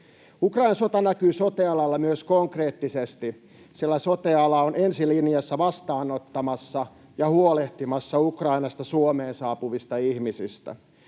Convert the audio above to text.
Ukrainan sota näkyy sote-alalla myös konkreettisesti, sillä sote-ala on ensi linjassa vastaanottamassa Ukrainasta Suomeen saapuvia ihmisiä